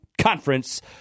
conference